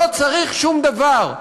לא צריך שום דבר,